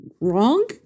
wrong